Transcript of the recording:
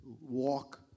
Walk